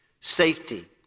safety